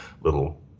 little